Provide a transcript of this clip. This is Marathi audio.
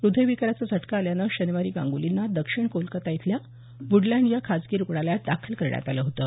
हृदयविकाराचा झटका आल्यानं शनिवारी गांगुलींना दक्षिण कोलकाता इथल्या वूडलँड या खाजगी रूग्णालयात दाखल करण्यात आलं होतं